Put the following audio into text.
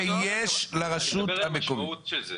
אני מדבר על המשמעות של זה.